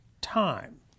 time